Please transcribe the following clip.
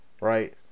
right